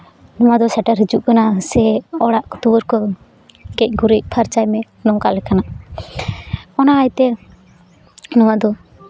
ᱱᱚᱣᱟ ᱫᱚ ᱥᱮᱴᱮᱨ ᱦᱤᱡᱩᱜ ᱠᱟᱱᱟ ᱥᱮ ᱚᱲᱟᱜ ᱫᱩᱣᱟᱹᱨ ᱠᱚ ᱜᱮᱡ ᱜᱩᱨᱤᱡ ᱯᱷᱟᱨᱪᱟᱭ ᱢᱮ ᱱᱚᱝᱠᱟ ᱞᱮᱠᱟᱱᱟᱜ ᱚᱱᱟ ᱤᱭᱟᱹᱛᱮ ᱱᱚᱣᱟ ᱫᱚ